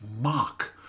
mock